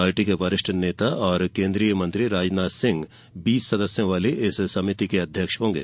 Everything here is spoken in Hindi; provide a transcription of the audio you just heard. पार्टी के वरिष्ठ नेता और केंद्रीय मंत्री राजनाथ सिंह बीस सदस्यों वाली इस समिति के अध्यक्ष होंगे